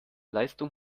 leistung